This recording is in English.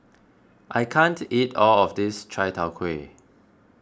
I can't eat all of this Chai Tow Kway